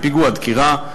פיגוע דקירה,